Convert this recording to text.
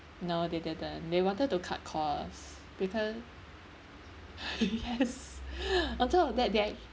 no they didn't they wanted to cut costs because yes on top of that they're